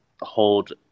hold